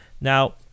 Now